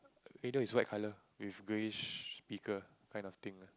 radio is white colour which greyish speaker kind of thing lah